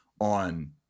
on